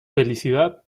felicidad